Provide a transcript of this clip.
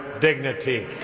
dignity